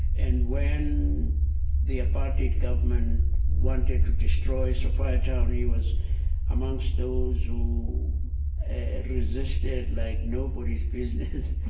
and when the apartheid government wanted to destroy sophiatown he was amongst those who resisted like nobody's business.